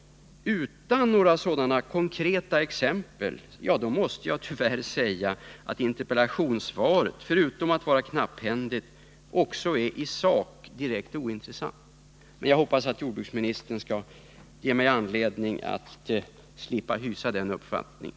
Utan några sådana konkreta exempel måste jag tyvärr säga att interpellationssvaret förutom att vara knapphändigt också är i sak direkt ointressant. Men jag hoppas att jordbruksministern skall ge mig anledning att slippa hysa den uppfattningen.